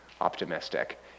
optimistic